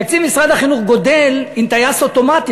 תקציב משרד החינוך גדל עם טייס אוטומטי,